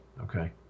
Okay